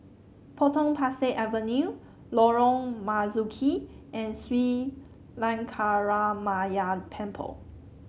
Potong Pasir Avenue Lorong Marzuki and Sri Lankaramaya Temple